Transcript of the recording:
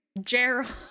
gerald